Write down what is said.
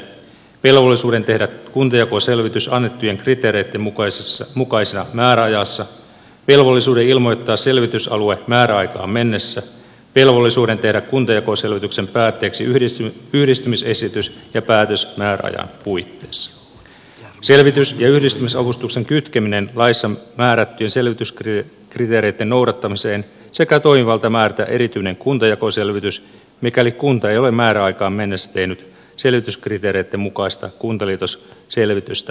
velvollisuuden tehdä kuntajakoselvitys annettujen kriteereitten mukaisina määräajassa velvollisuuden ilmoittaa selvitysalue määräaikaan mennessä velvollisuuden tehdä kuntajakoselvityksen päätteeksi yhdistymisesitys ja päätös määräajan puitteissa selvitys ja yhdistymisavustuksen kytkemisen laissa määrättyjen selvityskriteereitten noudattamiseen sekä toimivallan määrätä erityinen kuntajakoselvitys mikäli kunta ei ole määräaikaan mennessä tehnyt selvityskriteereitten mukaista kuntaliitosselvitystä ja päätöstä